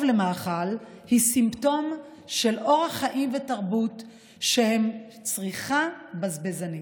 למאכל היא סימפטום של אורח חיים ותרבות של צריכה בזבזנית.